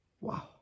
Wow